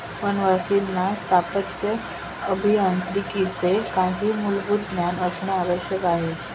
वनवासींना स्थापत्य अभियांत्रिकीचे काही मूलभूत ज्ञान असणे आवश्यक आहे